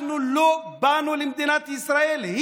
אנחנו לא באנו למדינת ישראל,